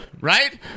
Right